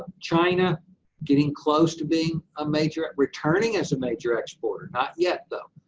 china getting close to being a major returning as a major exporter. not yet, though.